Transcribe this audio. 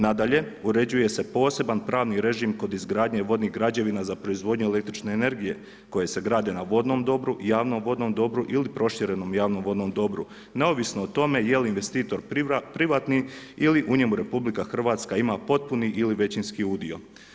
Nadalje, uređuje se poseban pravni režim kod izgradnje vodnih građevina za proizvodnju električne energije koje se grade na vodnom dobru i javnom vodnom dobru ili proširenom javnom vodnom dobru neovisno o tome da li je investitor privatni ili u njemu RH ima potpuni ili većinski udio.